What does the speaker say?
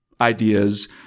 ideas